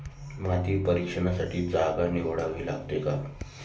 माती परीक्षणासाठी जागा निवडावी लागते का?